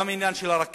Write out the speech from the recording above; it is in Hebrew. גם העניין של הרכבת,